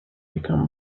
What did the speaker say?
become